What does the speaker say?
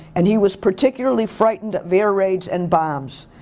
and he was particularly frightened of air raids and bombs.